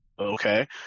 Okay